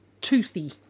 toothy